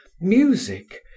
music